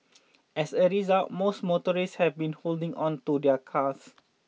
as a result most motorists have been holding on to their cars